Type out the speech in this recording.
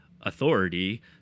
authority